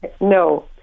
No